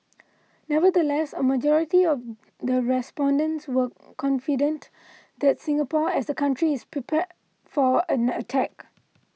nevertheless a majority of the respondents were confident that Singapore as a country is prepared for an attack